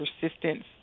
persistence